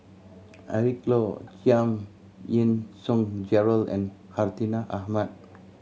Eric Low Giam Yean Song Gerald and Hartinah Ahmad